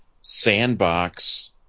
sandbox